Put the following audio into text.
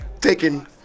taking